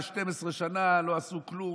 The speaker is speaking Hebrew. ו-12 שנה לא עשו כלום,